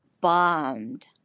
bombed